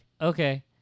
okay